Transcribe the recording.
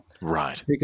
Right